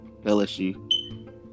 LSU